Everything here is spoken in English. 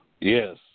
Yes